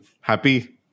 happy